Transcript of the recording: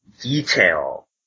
detail